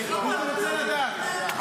אם אתה רוצה לדעת.